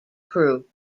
crew